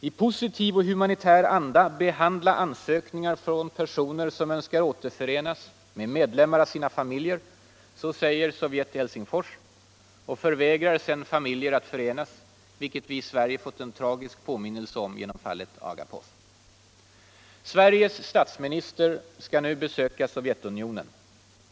"TI positiv och humanitär anda behandla ansökningar från personer som önskar återförenas med medlemmar av sina familjer”, säger sovjetregimen i Helsingfors — och förvägrar sedan familjer att förenas, vilket debatt och valutapolitisk debatt vi i Sverige fått en tragisk påminnelse om genom fallet Agapov. Sveriges statsminister skall nu besöka Sovjetunionen.